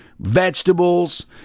vegetables